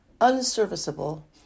unserviceable